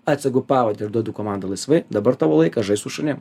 atsegu pavadį ir duodu komandą laisvai dabar tavo laikas žaisk su šunim